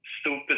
stupid